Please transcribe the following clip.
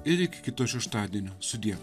ir iki kito šeštadienio sudie